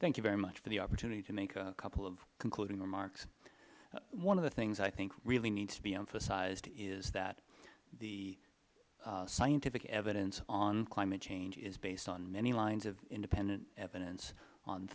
thank you very much for the opportunity to make a couple of concluding remarks one of the things i think really needs to be emphasized is that the scientific evidence on climate change is based on many lines of independent evidence on